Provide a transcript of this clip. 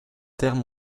termes